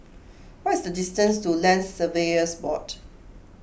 what is the distance to Land Surveyors Board